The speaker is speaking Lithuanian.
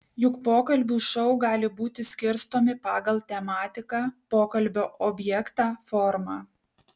juk pokalbių šou gali būti skirstomi pagal tematiką pokalbio objektą formą